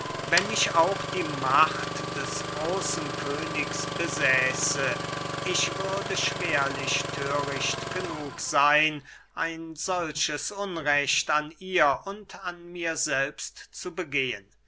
wenn ich auch die macht des großen königs besäße ich würde schwerlich thöricht genug seyn ein solches unrecht an ihr und an mir selbst zu begehen